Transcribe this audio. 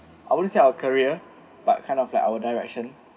I won't say our career but kind of like our direction